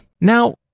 Now